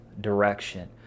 direction